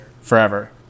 forever